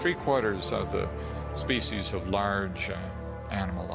three quarters of the species of large animal